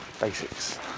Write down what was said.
Basics